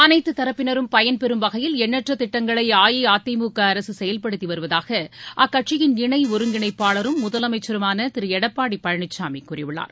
அனைத்து தரப்பினரும் பயன்பெறும் வகையில் எண்ணற்ற திட்டங்களை அஇஅதிமுக அரசு செயல்படுத்தி வருவதாக அக்கட்சியின் இனை ஒருங்கிணைப்பாளரும் முதலமைச்சருமான திரு எடப்பாடி பழனிசாமி கூறியுள்ளார்